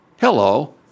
hello